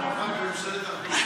הוא אמר בממשלת אחדות.